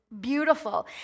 beautiful